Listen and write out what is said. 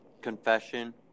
confession